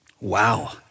wow